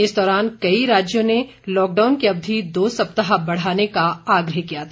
इस दौरान कई राज्यों ने लॉकडाउन की अवधि दो सप्ताह बढ़ाने का आग्रह किया था